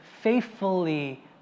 faithfully